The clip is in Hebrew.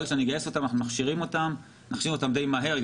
ברגע שאני אגייס אותם אנחנו נכשיר אותם די מהר.